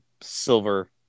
silver